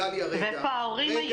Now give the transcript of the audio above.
אבל איפה ההורים היו?